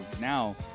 now